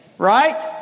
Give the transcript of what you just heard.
Right